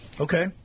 Okay